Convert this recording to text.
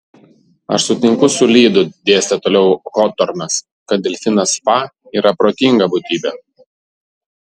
aš sutinku su lydu dėstė toliau hotornas kad delfinas fa yra protinga būtybė